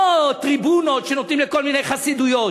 לא טריבונות שנותנים לכל מיני חסידויות,